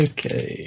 Okay